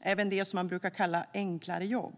även det som man brukar kalla enkla jobb.